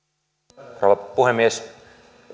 arvoisa rouva puhemies